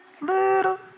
little